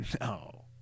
No